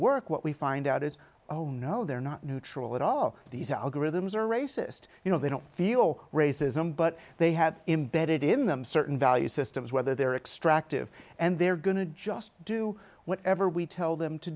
what we find out is oh no they're not neutral at all these algorithms are racist you know they don't feel racism but they have embedded in them certain value systems whether they're extractive and they're going to do whatever we tell them to